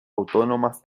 autónomas